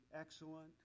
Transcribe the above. excellent